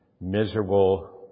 miserable